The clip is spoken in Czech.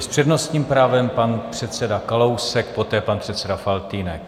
S přednostním právem pan předseda Kalousek, poté pan předseda Faltýnek.